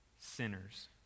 sinners